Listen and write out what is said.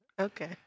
Okay